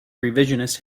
revisionist